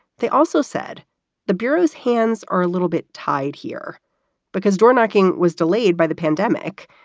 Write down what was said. they also said the bureau's hands are a little bit tied here because doorknocking was delayed by the pandemic.